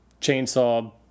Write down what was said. Chainsaw